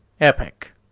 Epic